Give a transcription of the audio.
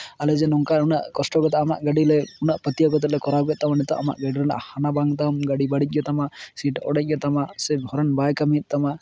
ᱟᱞᱮ ᱡᱮ ᱱᱚᱝᱠᱟᱹ ᱱᱩᱱᱟᱹᱜ ᱠᱚᱥᱴᱚ ᱠᱟᱛᱮ ᱟᱢᱟᱜ ᱜᱟᱹᱰᱤ ᱞᱮ ᱩᱱᱟᱹᱜ ᱯᱟᱹᱛᱭᱟᱹᱣ ᱠᱟᱛᱮ ᱞᱮ ᱠᱚᱨᱟᱣ ᱠᱮᱫ ᱛᱟᱢᱟ ᱱᱤᱛᱚᱜ ᱟᱢᱟᱜ ᱜᱟᱹᱰᱤ ᱨᱮᱱᱟᱜ ᱦᱟᱱᱟ ᱵᱟᱝ ᱜᱟᱹᱰᱤ ᱵᱟᱹᱲᱤᱡ ᱜᱮᱛᱟᱢᱟ ᱥᱤᱴ ᱚᱲᱮᱡ ᱜᱮᱛᱟᱢᱟ ᱥᱮ ᱦᱚᱨᱚᱱ ᱵᱟᱭ ᱠᱟᱹᱢᱤᱭᱮᱫ ᱛᱟᱢᱟ